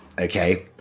okay